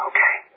Okay